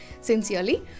Sincerely